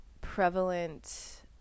prevalent